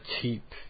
cheap